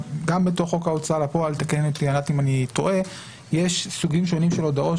גם בתוך חוק ההוצאה לפועל יש סוגים שונים של הודעות